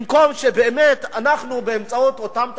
במקום שבאמת, אנחנו, באמצעות אותם תקציבים,